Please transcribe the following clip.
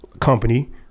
company